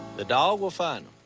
the dog will find